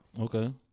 Okay